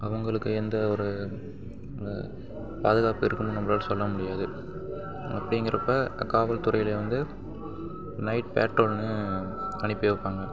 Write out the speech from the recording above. அவங்களுக்கு எந்த ஒரு பாதுகாப்பு இருக்குனு நம்மளால சொல்ல முடியாது அப்படிங்கறப்ப காவல்துறையில் வந்து நைட் பேட்ரோல்னு அனுப்பி வப்பாங்க